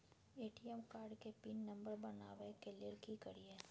ATM card के pin number बनाबै के लेल की करिए?